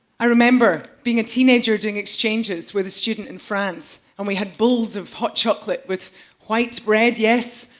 i remember being a teenager doing exchanges with a student in france and we had bowls of hot chocolate with white bread yes,